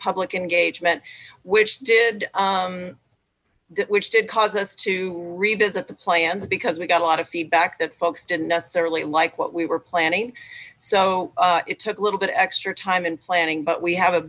public engagement which did which did cause us to revisit the plans because we got a lot of feedback that folks didn't necessarily like what we were planning so it took a little bit extra time in planning but we have a